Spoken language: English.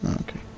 Okay